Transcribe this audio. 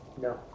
No